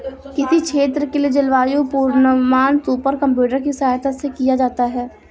किसी क्षेत्र के लिए जलवायु पूर्वानुमान सुपर कंप्यूटर की सहायता से किया जाता है